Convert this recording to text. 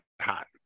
Hot